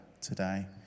today